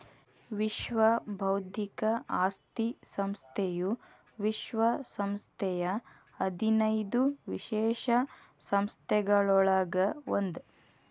ವಿಶ್ವ ಬೌದ್ಧಿಕ ಆಸ್ತಿ ಸಂಸ್ಥೆಯು ವಿಶ್ವ ಸಂಸ್ಥೆಯ ಹದಿನೈದು ವಿಶೇಷ ಸಂಸ್ಥೆಗಳೊಳಗ ಒಂದ್